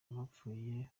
abapfuye